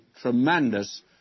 tremendous